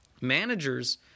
Managers